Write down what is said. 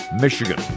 Michigan